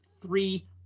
three